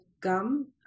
gum